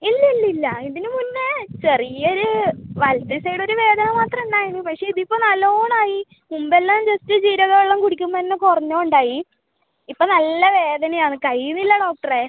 ഇല്ല ഇല്ല ഇല്ല ഇതിന് മുന്നേ ചെറിയ ഒര് വലത്തെ സൈഡ് ഒര് വേദന മാത്രം ഉണ്ടായിരുന്നു പക്ഷെ ഇത് ഇപ്പോൾ നല്ലോണം ആയി മുമ്പ് എല്ലാം ജസ്റ്റ് ജീരകവെള്ളം കുടിക്കുമ്പോൾ തന്നെ കുറഞ്ഞുകൊണ്ടായി ഇപ്പോൾ നല്ല വേദന ആണ് കഴിയുന്നില്ല ഡോക്ടറെ